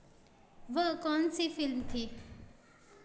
वह कौन सी फिल्म थी